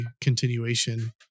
continuation